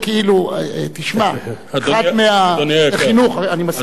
תשמע, זה חינוך, אני מסכים אתך.